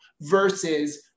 versus